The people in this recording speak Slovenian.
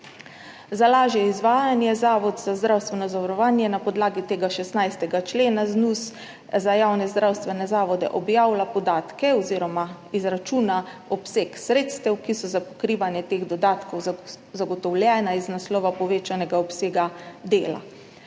Za lažje izvajanje Zavod za zdravstveno zavarovanje na podlagi tega 16. člena ZNUZSZS za javne zdravstvene zavode objavlja podatke oziroma izračuna obseg sredstev, ki so za pokrivanje teh dodatkov zagotovljena iz naslova povečanega obsega dela.